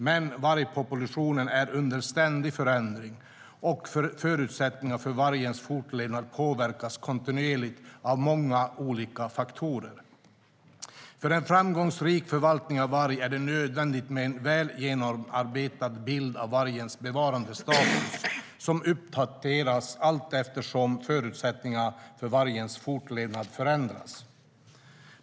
Men vargpopulationen är under ständig förändring, och förutsättningarna för vargens fortlevnad påverkas kontinuerligt av många olika faktorer. För en framgångsrik förvaltning av varg är det nödvändigt med en väl genomarbetad bild av vargens bevarandestatus som uppdateras allteftersom förutsättningarna för vargens fortlevnad förändras.